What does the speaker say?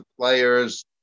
players